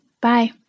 Bye